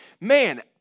Man